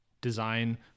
design